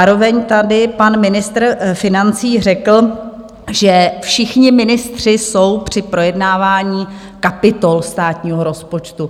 Zároveň tady pan ministr financí řekl, že všichni ministři jsou při projednávání kapitol státního rozpočtu.